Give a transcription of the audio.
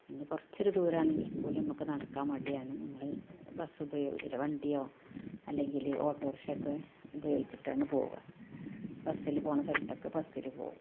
ഇന്ന് കുറച്ച് ഒരു ദുരമാണെങ്കിൽപോലും നമുക്ക് നടക്കാൻ മടിയാണ് നമ്മൾ ബസുപയോഗിക്കുക ഇല്ലേൽ വണ്ടിയോ അല്ലെങ്കില് ഓട്ടോറിക്ഷയൊക്കെ ഉപയോഗിച്ചിട്ടാണ് പോകുക ബസ്സില് പോകുന്ന സ്ഥലത്തൊക്കെ ബസ്സില് പോകും